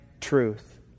truth